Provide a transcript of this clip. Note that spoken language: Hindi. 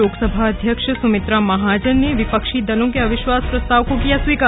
लोकसभा अध्यक्ष सुमित्रा महाजन ने विपक्षी दलों के अविश्वास प्रस्ताव को किया स्वीकार